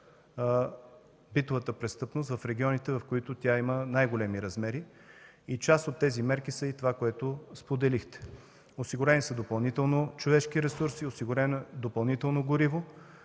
битовата престъпност в регионите, в които тя има най-големи размери. Част от тези мерки са това, което споделихте. Осигурен е допълнително човешки ресурс, осигурено е допълнително гориво,